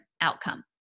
outcome